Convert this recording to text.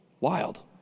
Wild